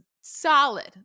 solid